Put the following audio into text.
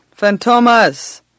Fantomas